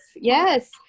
yes